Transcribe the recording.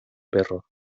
perro